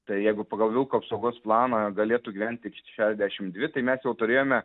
tai jeigu pagal vilko apsaugos planą galėtų gyvent tik šešdešimt dvi tai mes jau turėjome